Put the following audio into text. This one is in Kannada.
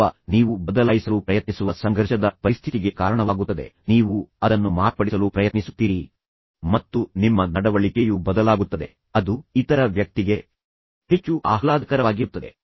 ಅಥವಾ ನೀವು ಬದಲಾಯಿಸಲು ಪ್ರಯತ್ನಿಸುವ ಸಂಘರ್ಷದ ಪರಿಸ್ಥಿತಿಗೆ ಕಾರಣವಾಗುತ್ತದೆ ನೀವು ಅದನ್ನು ಮಾರ್ಪಡಿಸಲು ಪ್ರಯತ್ನಿಸುತ್ತೀರಿ ಮತ್ತು ನಿಮ್ಮ ನಡವಳಿಕೆಯು ಬದಲಾಗುತ್ತದೆ ಅದು ಇತರ ವ್ಯಕ್ತಿಗೆ ಹೆಚ್ಚು ಆಹ್ಲಾದಕರವಾಗಿರುತ್ತದೆ